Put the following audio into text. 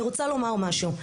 אני רוצה לומר משהו,